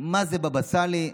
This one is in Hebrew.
מה זה בבא סאלי.